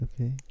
okay